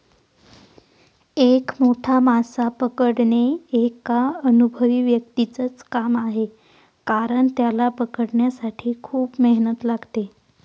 एक मोठा मासा पकडणे एका अनुभवी व्यक्तीच च काम आहे कारण, त्याला पकडण्यासाठी खूप मेहनत लागते